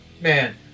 man